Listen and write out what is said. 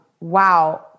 wow